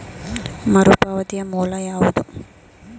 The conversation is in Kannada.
ಮರುಪಾವತಿಯ ಮೂಲ ಯಾವುದು?